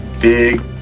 big